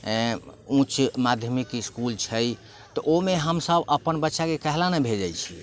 अँइ उच्च माध्यमिक इसकुल छै तऽ ओहिमे हमसब अपन बच्चाके काहेलए नहि भेजै छिए